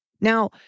Now